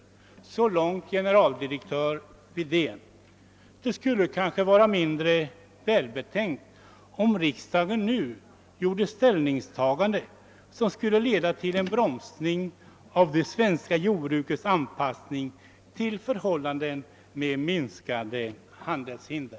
Så långt generaldirektör Widén. Det skulle kanske vara mindre välbetänkt om riksdagen nu gjorde ett sådant ställningstagande som skulle 1eda till ett uppbromsande av det svenska jordbrukets anpassning till förhållanden med minskade handelshinder.